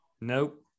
Nope